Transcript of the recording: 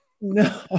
No